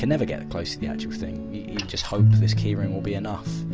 can never get close to the actual thing. you just hope this key ring will be enough.